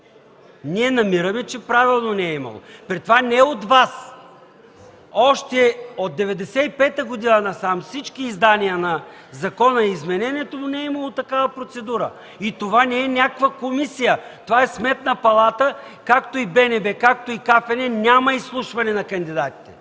Ние намираме, че правилно не е имало. При това не от Вас, още от 1995 г. насам всички издания на закона и изменението му не е имало такава процедура. Това не е някаква комисия, това е Сметна палата, както и БНБ, както и Комисията за публичен